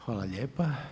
Hvala lijepa.